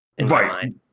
Right